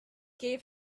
gave